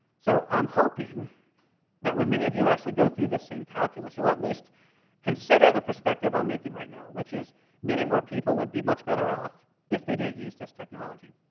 so i'm hoping that when many of you actually go through this same calculus, you'll at least consider the perspective i'm making right now, which is many more people would be much better off if they didn't use this technology.